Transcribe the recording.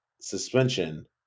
suspension